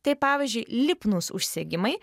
tai pavyzdžiui lipnūs užsegimai